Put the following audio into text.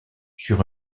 sur